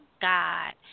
God